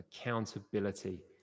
accountability